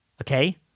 okay